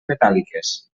metàl·liques